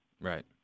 right